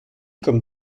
comme